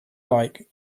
like